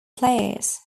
players